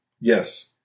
Yes